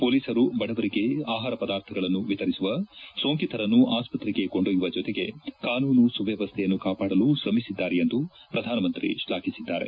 ಮೊಲೀಸರು ಬಡವರಿಗೆ ಆಹಾರ ಪದಾರ್ಥಗಳನ್ನು ವಿತರಿಸುವ ಸೋಂಕಿತರನ್ನು ಆಸ್ತ್ರೆಗೆ ಕೊಂಡೊಯ್ಲುವ ಜೊತೆಗೆ ಕಾನೂನು ಸುವ್ನವಸ್ಲೆಯನ್ನು ಕಾಪಾಡಲು ಶ್ರಮಿಸಿದ್ದಾರೆಂದು ಪ್ರಧಾನಮಂತ್ರಿ ಶ್ಲಾಘಿಸಿದ್ದಾರೆ